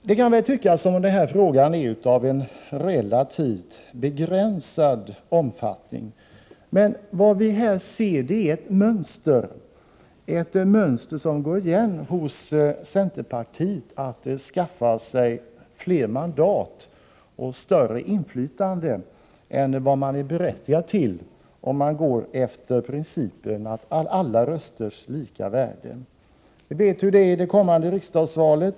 Det kan väl tyckas som om denna fråga är av relativt begränsad omfattning, men vad vi här ser är ett mönster, ett mönster som går igen hos centerpartiet, att skaffa sig fler mandat och större inflytande än vad partiet är berättigat till, om man går efter principen alla rösters lika värde. Vi vet hur det är i det kommande riksdagsvalet.